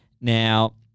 Now